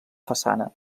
façana